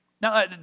Now